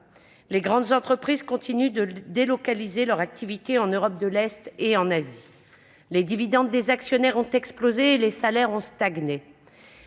Les grandes entreprises continuent de délocaliser leur activité en Europe de l'Est et en Asie. Les dividendes des actionnaires ont explosé et les salaires ont stagné.